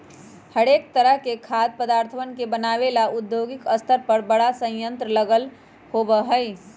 हरेक तरह के खाद्य पदार्थवन के बनाबे ला औद्योगिक स्तर पर बड़ा संयंत्र लगल होबा हई